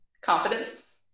confidence